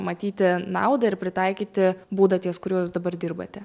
matyti naudą ir pritaikyti būdą ties kuriuo jūs dabar dirbate